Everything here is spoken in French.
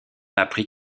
apprit